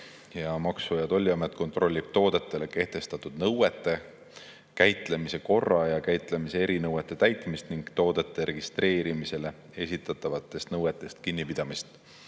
32. Maksu‑ ja Tolliamet kontrollib toodetele kehtestatud nõuete, käitlemise korra ja käitlemise erinõuete täitmist ning toodete registreerimisele esitatavatest nõuetest kinnipidamist.